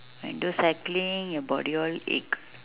do cycling your body all ache